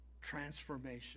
transformation